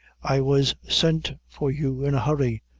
i was sent for you in a hurry.